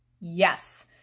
Yes